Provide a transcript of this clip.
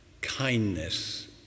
kindness